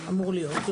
אמור להיות.